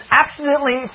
accidentally